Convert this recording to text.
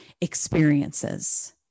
experiences